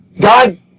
God